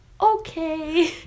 okay